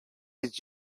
did